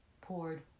poured